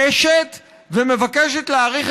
שאין מנוס מלהשתמש בעד מדינה מכנופיות הפשע כדי להציל חיים.